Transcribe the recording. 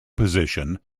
position